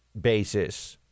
basis